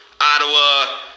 Ottawa